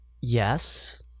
yes